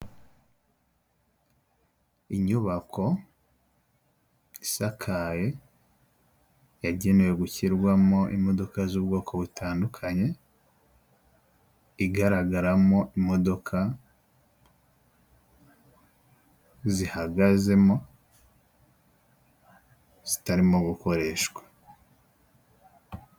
Inyubako isakaye, yagenewe gushyirwamo imodoka z'ubwoko butandukanye, igaragaramo imodoka zihagazemo, zitarimo gukoreshwa.